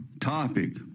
topic